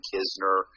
Kisner